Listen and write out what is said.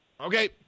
Okay